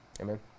Amen